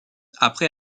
après